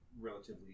relatively